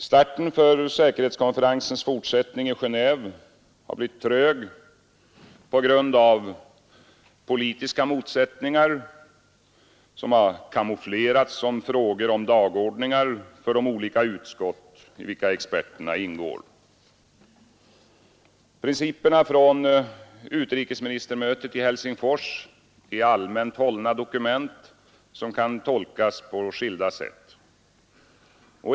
Starten för säkerhetskonferensens fortsättning i Genéve har blivit trög på grund av politiska motsättningar som camouflerats som frågor om dagordningar för de olika utskott i vilka experterna ingår. Principerna från utrikesministermötet i Helsingfors är allmänt hållna dokument, som kan tolkas på skilda sätt.